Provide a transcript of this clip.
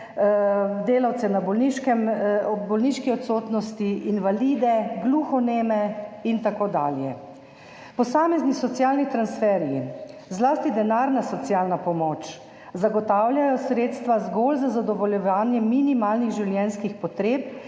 delavce na bolniški odsotnosti, invalide, gluhoneme in tako dalje. Posamezni socialni transferji, zlasti denarna socialna pomoč, zagotavljajo sredstva zgolj za zadovoljevanje minimalnih življenjskih potreb,